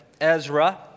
Ezra